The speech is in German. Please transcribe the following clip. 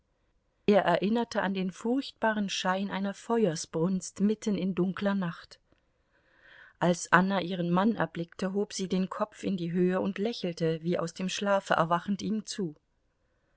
er erinnerte an den furchtbaren schein einer feuersbrunst mitten in dunkler nacht als anna ihren mann erblickte hob sie den kopf in die höhe und lächelte wie aus dem schlafe erwachend ihm zu